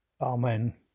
Amen